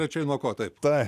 tačiau nuo ko taip taip